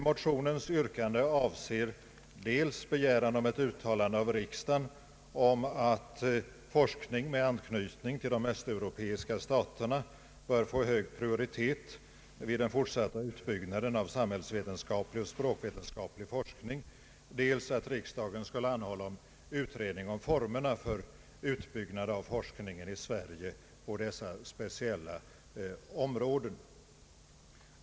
Motionens yrkande avser dels ett uttalande av riksdagen om att forskning med anknytning till de östeuropeiska staterna bör få hög prioritet vid den fortsatta utbyggnaden av samhällsvetenskaplig och språkvetenskaplig forskning, dels att riksdagen skulle anhålla om utredning om formerna för utbyggnad av forskningen i Sverige på dessa speciella områden.